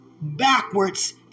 backwards